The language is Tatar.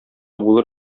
булыр